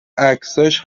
عکساش